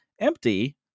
Empty